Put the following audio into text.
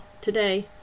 today